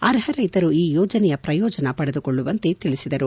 ಅರ್ಹ ರೈತರು ಈ ಯೋಜನೆಯ ಪ್ರಯೋಜನ ಪಡೆದುಕೊಳ್ಳುವಂತೆ ತಿಳಿಸಿದರು